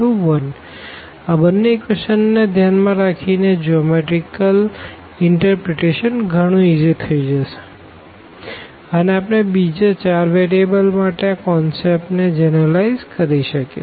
તો આ બે ઇક્વેશન ને ધ્યાન માં રાખીએ તો જોમેટરીકલ ઇનટરપ્રીટેશન ગણું સરળ થઇ જશે અને આપણે બીજા 4 વેરીએબલ માટે આ કોન્સેપ્ટ ને જનરલાઈઝ કરી શકીએ